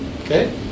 okay